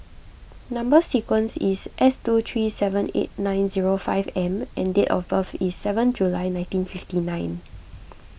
Number Sequence is S two three seven eight nine zero five M and date of birth is seven July nineteen fifty nine